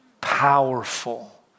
powerful